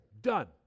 done